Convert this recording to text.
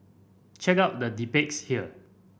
check out the debates here